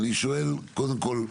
אני שואל קודם כל,